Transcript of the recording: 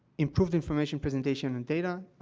improve the information, presentation, and data,